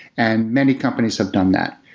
and many companies have done that.